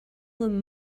them